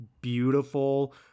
beautiful